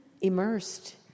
immersed